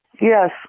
Yes